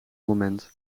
moment